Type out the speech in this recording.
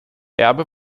erbe